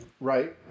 right